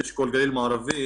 אשכול גליל מערבי,